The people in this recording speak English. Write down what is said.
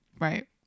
right